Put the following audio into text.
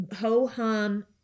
ho-hum